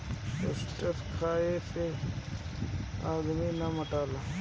oats खाए से आदमी ना मोटाला